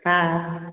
हा